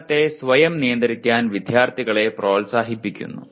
പഠനത്തെ സ്വയം നിയന്ത്രിക്കാൻ വിദ്യാർത്ഥികളെ പ്രോത്സാഹിപ്പിക്കുന്നു